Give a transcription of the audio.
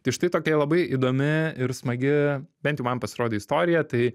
tai štai tokia labai įdomi ir smagi bent jau man pasirodė istorija tai